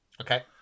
Okay